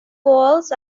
balls